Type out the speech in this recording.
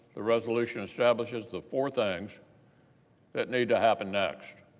the resolution establishes the four things that need to happen next.